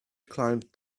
climbed